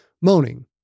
moaning